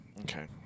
Okay